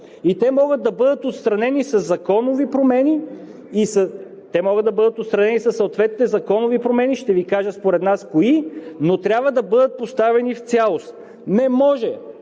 и те могат да бъдат отстранени със съответните законови промени, и ще Ви кажа според нас кои, но трябва да бъдат поставени в цялост. Не може